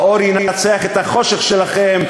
האור ינצח את החושך שלכם.